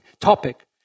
topic